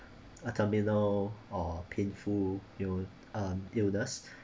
a terminal or painful you know um illness